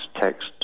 text